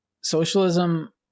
Socialism